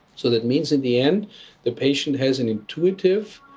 so that means in the end the patient has an intuitive,